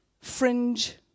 fringe